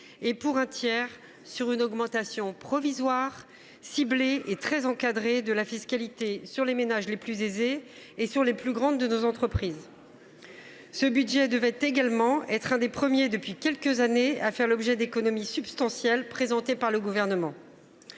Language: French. pour un tiers, sur une augmentation provisoire ciblée et très encadrée de la fiscalité sur les ménages les plus aisés et sur les plus grandes de nos entreprises. Ce budget devait également être l’un des premiers depuis quelques années à faire l’objet d’économies substantielles proposées par le Gouvernement.